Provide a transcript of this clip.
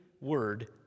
word